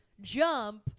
jump